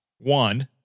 One